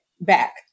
back